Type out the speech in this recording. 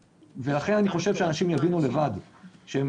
ולכן אני חושב שאנשים יבינו לבד שהחיסון